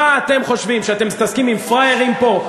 מה אתם חושבים, שאתם מתעסקים עם פראיירים פה?